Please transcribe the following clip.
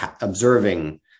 observing